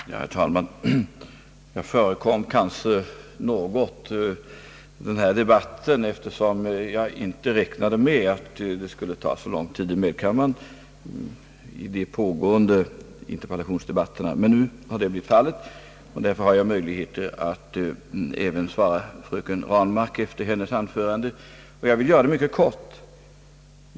Herr talman! Jag gick händelserna något i förväg då jag räknade med att jag kanske inte skulle kunna yttra mig vidare i denna debatt, eftersom jag inte räknade med att pågående interpellationsdebatt i medkammaren skulle ta så lång tid utan att jag hade måst rycka in där vid det här laget. Nu har emellertid så blivit fallet, och därför har jag möjlighet att ge fröken Ranmark ett svar även efter hennes anförande. Jag kan göra det mycket kort.